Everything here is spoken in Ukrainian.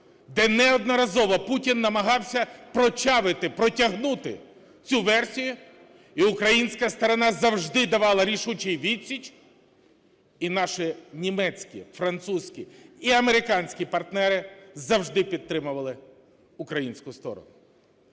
де неодноразово Путін намагався прочавити, протягнути цю версію, і українська сторона завжди давала рішучу відсіч. І наші німецькі, французькі і американські партнери завжди підтримували українську сторону.